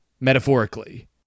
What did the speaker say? metaphorically